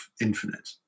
infinite